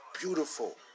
beautiful